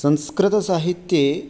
संस्कृतसाहित्ये